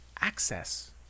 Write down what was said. access